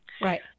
Right